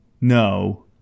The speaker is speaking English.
No